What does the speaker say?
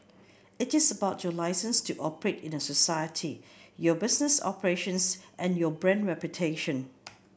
it is about your licence to operate in a society your business operations and your brand reputation